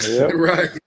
right